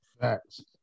Facts